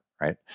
right